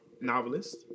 novelist